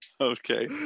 Okay